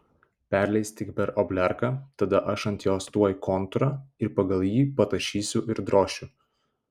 perleisk tik per obliarką tada aš ant jos tuoj kontūrą ir pagal jį patašysiu ir drošiu